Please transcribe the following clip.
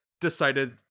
decided